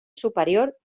superior